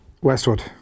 Westwood